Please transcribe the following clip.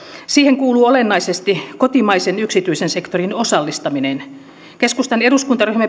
siihen kuuluu olennaisesti kotimaisen yksityisen sektorin osallistaminen keskustan eduskuntaryhmä